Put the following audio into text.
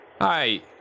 Hi